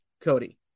Cody